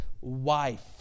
wife